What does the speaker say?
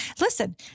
Listen